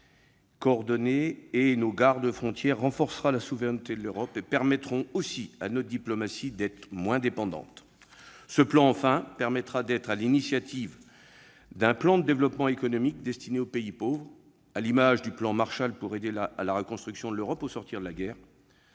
nos gardes-frontières renforceront également la souveraineté de l'Europe et permettront à notre diplomatie d'être moins dépendante. Ce plan, enfin, permettra d'être à l'initiative d'un plan de développement économique destiné aux pays pauvres, à l'image du plan Marshall pour aider à la reconstruction de l'Europe au sortir de la guerre.